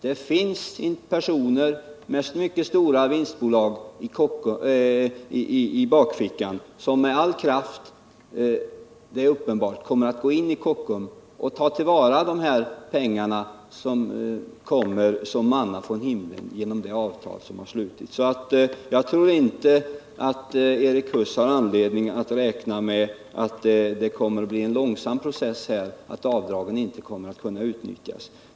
Det finns personer med mycket stora vinstbolag på fickan, som uppenbarligen med all kraft kommer att gå in i Kockums för att ta vara på de pengar som kommer som manna från himlen genom det avtal som slutits. Jag tror inte att Erik Huss har anledning att räkna med att det kommer att bli en så långsam process att avdragen inte kommer att kunna utnyttjas.